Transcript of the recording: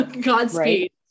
Godspeed